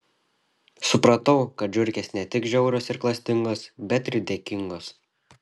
supratau kad žiurkės ne tik žiaurios ir klastingos bet ir dėkingos